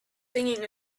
singing